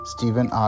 Stephen